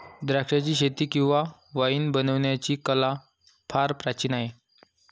द्राक्षाचीशेती किंवा वाईन बनवण्याची कला फार प्राचीन आहे